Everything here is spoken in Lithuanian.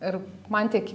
ir man tiek